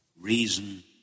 reason